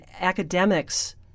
academics